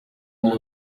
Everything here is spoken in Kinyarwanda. aya